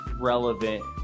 relevant